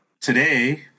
today